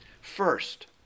First